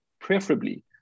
preferably